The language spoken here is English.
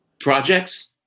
projects